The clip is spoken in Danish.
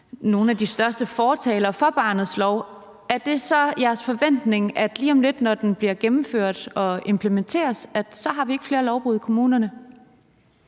nogle af de største fortalere for barnets lov, er det så jeres forventning, at lige om lidt, når den bliver gennemført og implementeret, så har vi ikke flere lovbrud i kommunerne?